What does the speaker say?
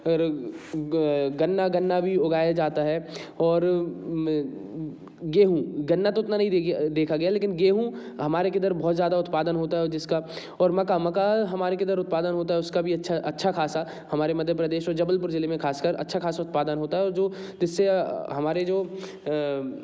और गन्ना गन्ना भी उगाया जाता है और गेहूँ गन्ना तो उतना नहीं देखा गया लेकिन गेहूँ हमारे किधर बहुत ज़्यादा उत्पादन होता है जिसका और मक्का मक्का हमारे किधर उत्पादन होता है उसका भी अच्छा अच्छा खासा हमारे मध्य प्रदेश में जबलपुर जिले में खासकर अच्छा खासा उत्पादन होता है और जो जिससे हमारे जो